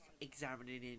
examining